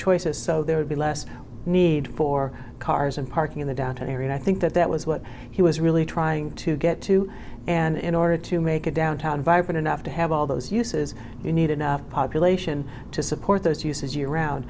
choice so there would be less need for cars and parking in the downtown area i think that that was what he was really trying to get to and in order to make a downtown vibrant enough to have all those uses you need enough population to support those uses year round